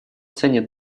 ценит